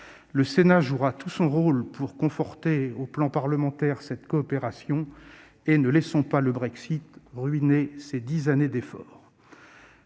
Le Sénat jouera tout son rôle pour conforter, sur le plan parlementaire, cette coopération. Ne laissons pas le Brexit ruiner ces dix années d'efforts